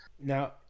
Now